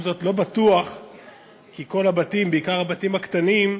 עם זאת, לא בטוח כי כל הבתים, בעיקר הבתים הקטנים,